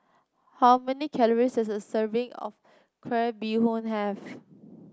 how many calories does a serving of Crab Bee Hoon have